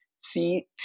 see